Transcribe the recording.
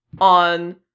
on